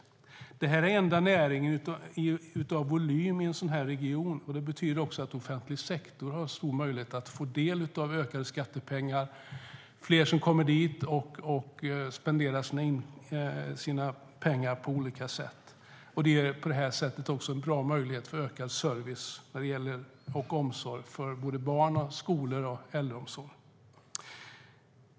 Flyget är den enda näringen av någon volym i en sådan här region. Det betyder också att den offentliga sektorn har stor möjlighet att få del av ökade skattepengar när fler kommer dit och spenderar sina pengar på olika sätt. Det ger på det sättet en bra möjlighet till ökad service och omsorg för barn, skolor och äldreomsorg.